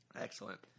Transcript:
Excellent